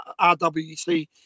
RwC